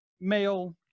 male